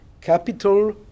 capital